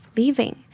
leaving